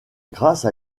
grâce